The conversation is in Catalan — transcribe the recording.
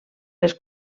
les